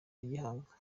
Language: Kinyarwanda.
gihanga